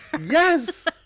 Yes